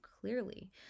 clearly